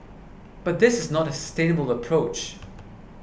but this is not a sustainable approach